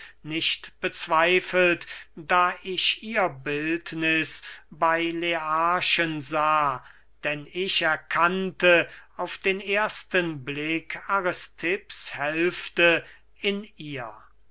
nicht bezweifelt da ich ihr bildniß bey learchen sah denn ich erkannte auf den ersten blick aristipps hälfte in ihr